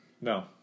No